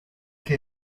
que